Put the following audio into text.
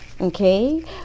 okay